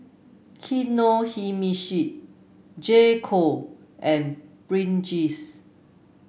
Kinohimitsu J Co and Pringles